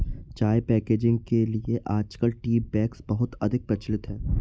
चाय पैकेजिंग के लिए आजकल टी बैग्स बहुत अधिक प्रचलित है